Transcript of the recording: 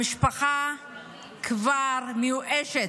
המשפחה כבר מיואשת.